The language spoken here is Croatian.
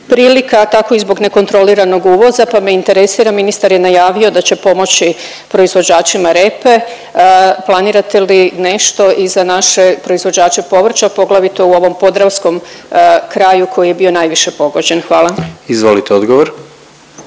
prilika, a tako i zbog nekontroliranog uvoza, pa me interesira ministar je najavio da će pomoći proizvođačima repe, planirate li nešto i za naše proizvođače povrća, poglavito u ovom podravskom kraju koji je bio najviše pogođen? Hvala. **Jandroković,